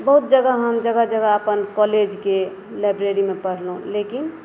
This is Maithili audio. बहुत जगह हम जगह जगह अपन कॉलेजके लाइब्रेरीमे पढ़लहुॅं लेकिन